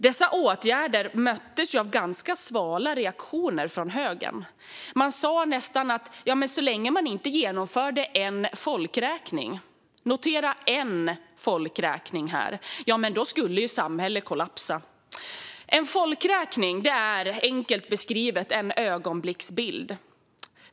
Dessa åtgärder möttes av ganska svala reaktioner från högern. Man sa nästan att om det inte genomfördes en folkräkning skulle samhället kollapsa. En folkräkning är enkelt beskrivet en ögonblicksbild.